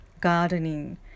gardening